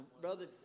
Brother